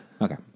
Okay